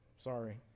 Sorry